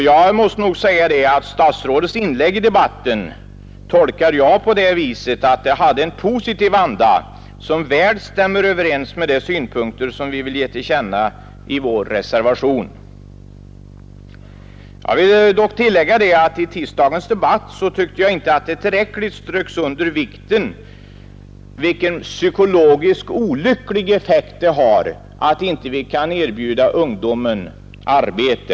Jag tolkar statsrådets inlägg i debatten så att det hade en positiv anda, som väl stämmer överens med de synpunkter som vi vill ge till känna i vår reservation. Jag vill dock tillägga att man enligt min uppfattning i tisdagens debatt inte tillräckligt strök under vikten av den psykologiskt olyckliga effekt det har att vi inte kan erbjuda ungdomen arbete.